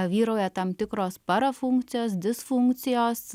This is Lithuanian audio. vyrauja tam tikros parafunkcijos disfunkcijos